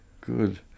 Good